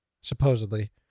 supposedly